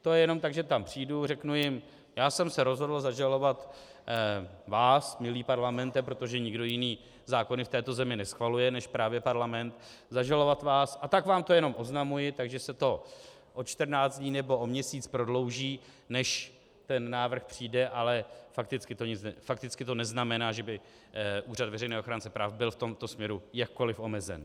To je jenom tak, že tam přijdu, řeknu jim: já jsem se rozhodl zažalovat vás, milý Parlamente, protože nikdo jiný zákony v této zemi neschvaluje než právě Parlament, zažalovat vás, a tak vám to jenom oznamuji, takže se to o 14 dní nebo o měsíc prodlouží, než ten návrh přijde, ale fakticky to neznamená, že by Úřad veřejného ochránce práv v tomto směru byl jakkoliv omezen.